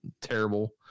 terrible